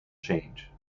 change